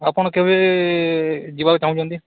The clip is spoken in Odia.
ଆପଣ କେବେ ଯିବାକୁ ଚାହୁଁଛନ୍ତି